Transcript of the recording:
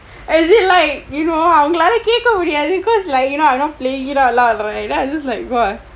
as in like you know அவங்களால கேட்க முடியாது:avangkalaala keetka mudiyaathu cause like you know I'm not playing it out loud right then I just like !wah!